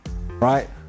Right